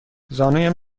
زانویم